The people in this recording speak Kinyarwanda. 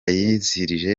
yizihirije